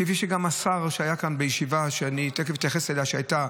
כפי שגם השר שהיה בישיבה שתכף אתייחס אליה,